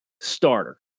starter